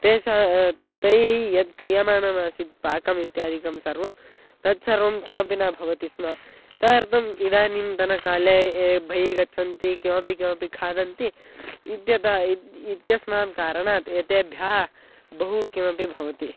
तेषां तैः यत् क्रियमानमासीत् पाकम् इत्यादिकं सर्वं तत्सर्वं किमपि न भवति स्म तदर्थम् इदानीन्तनकाले बहिः गच्छन्ति किमपि किमपि खादन्ति इत्यतः इति इत्यस्मात् कारणात् एतेभ्यः बहु किमपि भवति